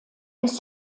ist